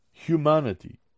humanity